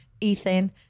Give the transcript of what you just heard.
Ethan